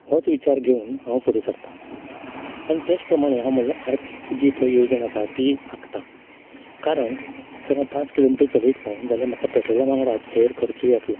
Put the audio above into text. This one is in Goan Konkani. होच विचार घेवन हांव फुडें सरता आनी तेच प्रमाणें हांव म्हजे आर्थीक जी पळय येवजण आसा ती आंखता कारण जर हांव पांच किलोमिटर चलयतलो जाल्या म्हाका पेट्रोला वांगडाच हेर खर्चूय येतलो